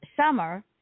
Summer